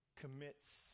commits